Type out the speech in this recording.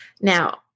Now